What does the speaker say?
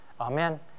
Amen